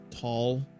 tall